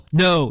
no